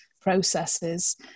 processes